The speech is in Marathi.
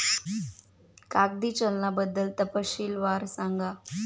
कागदी चलनाबद्दल तपशीलवार सांगा